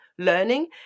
Learning